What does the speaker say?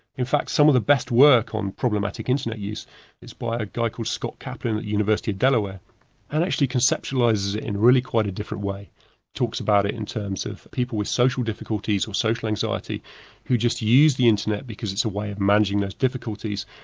in fact some of the best work on problematic internet use is by a guy called scott kaplan at the university of delaware actually conceptualises it in really quite a different way. he talks about it in terms of people with social difficulties or social anxiety who just use the internet because it's a way of managing those difficulties.